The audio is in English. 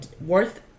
worth